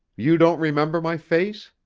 you don't remember my face?